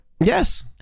Yes